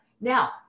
Now